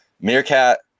Meerkat